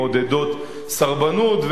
מעודדות סרבנות,